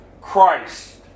Christ